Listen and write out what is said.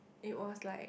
it was like